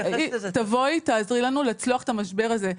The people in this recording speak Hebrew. תבואי תעזרי לנו לצלוח את המשבר הזה.